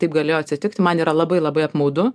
taip galėjo atsitikti man yra labai labai apmaudu